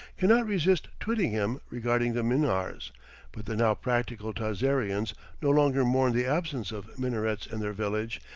cannot resist twitting him regarding the minars but the now practical tazarians no longer mourn the absence of minarets in their village,